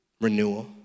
renewal